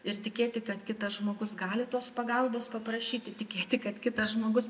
ir tikėti kad kitas žmogus gali tos pagalbos paprašyti tikėti kad kitas žmogus